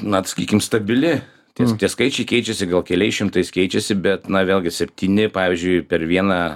na sakykim stabili ties tie skaičiai keičiasi gal keliais šimtais keičiasi bet na vėlgi septyni pavyzdžiui per vieną